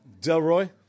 Delroy